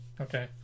Okay